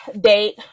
date